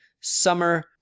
Summer